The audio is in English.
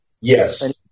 yes